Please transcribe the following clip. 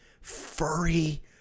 furry